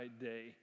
day